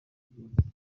rwose